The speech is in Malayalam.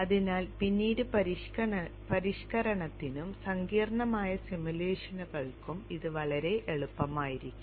അതിനാൽ പിന്നീട് പരിഷ്ക്കരണത്തിനും സങ്കീർണ്ണമായ സിമുലേഷനുകൾക്കും ഇത് വളരെ എളുപ്പമായിരിക്കും